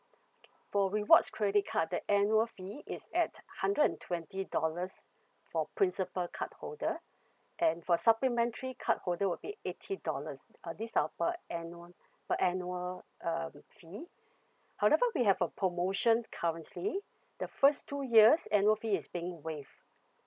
for rewards credit card the annual fee is at hundred and twenty dollars for principle card holder and for supplementary card holder will be eighty dollars uh this our per annual per annual uh fee however we have a promotion currently the first two years annual fee is being waived